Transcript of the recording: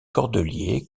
cordeliers